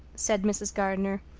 said mrs. gardner,